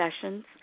sessions